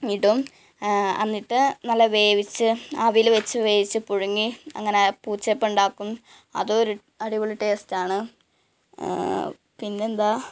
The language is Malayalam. ഇടും എന്നിട്ട് നല്ല വേവിച്ച് ആവിയിൽ വച്ച് വേവിച്ച് പുഴുങ്ങി അങ്ങനെ പൂച്ചപ്പം ഉണ്ടാക്കും അതൊരു അടിപൊളി ടേസ്റ്റ് ആണ് പിന്നെ എന്താണ്